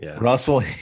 Russell